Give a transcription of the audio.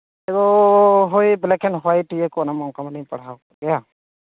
ᱮᱜᱳ ᱦᱳᱭ black and white ᱤᱭᱟᱹᱠᱚ ᱚᱱᱟᱢᱟ ᱚᱱᱠᱟᱢᱟᱞᱤᱧ ᱯᱟᱲᱦᱟᱣᱠᱮᱫᱼᱟ